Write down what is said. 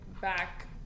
back